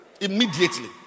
immediately